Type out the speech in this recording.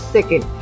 Second